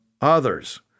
others